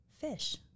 Fish